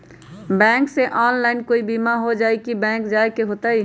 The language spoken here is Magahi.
बैंक से ऑनलाइन कोई बिमा हो जाई कि बैंक जाए के होई त?